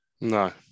No